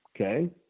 Okay